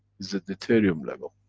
is the deuterium level.